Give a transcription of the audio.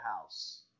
house